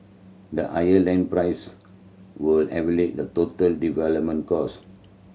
the higher land price would elevate the total development cost